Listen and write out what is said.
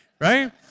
right